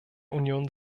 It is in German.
union